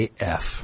AF